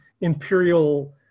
imperial